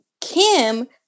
Kim